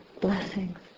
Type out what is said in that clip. blessings